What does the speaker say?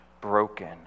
broken